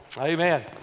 amen